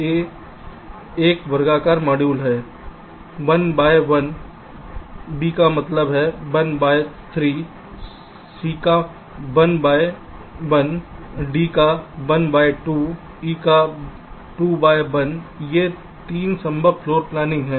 तो A एक वर्गाकार मॉड्यूल है 1 बय 1 B का मतलब है 1 बय 3 C का 1 बय 1 D का 1 बय 2 E का 2 बय 1 ये 3 संभव फ़्लोर प्लानिंग हैं